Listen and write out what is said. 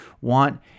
want